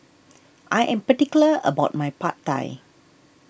I am particular about my Pad Thai